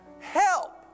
Help